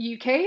UK